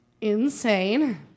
insane